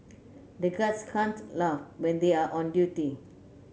the guards can't laugh when they are on duty